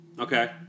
okay